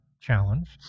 challenge